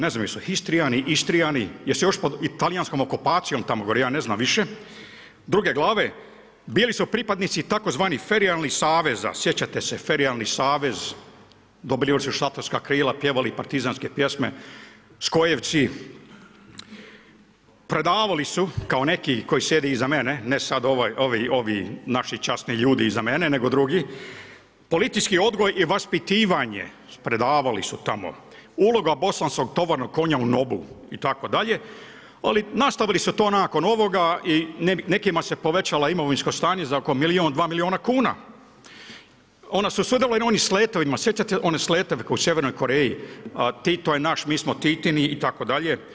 Ne znam jel' su Histrijani, Istrijani, jesu još pod talijanskom okupacijom tamo gore, ja ne znam više, druge glave, bili su pripadnici tzv. ferijalnih saveza, sjećate se ferijalnih saveza, dobili su šatorska krila, pjevali partizanske pjesme, SKOJ-evci, predavali su kao neki koji sjede iza mene, ne sad ovi naši časni ljudi iza mene nego drugo, policijski odgoj je vaspitivanje, predavali su tamo, uloga bosanskog tovarnog konja u NOB-u itd., ali nastavili su to nakon ovoga i nekima se povećalo imovinsko stanje za oko milijun, 2 milijuna kuna. … sjećate se onih sletova u Sjevernoj Koreji, Tito je naš, mi smo Titini itd.